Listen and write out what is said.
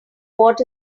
what